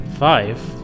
Five